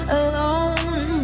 alone